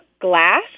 glass